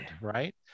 right